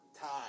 time